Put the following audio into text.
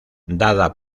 dada